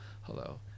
hello